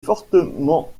fortement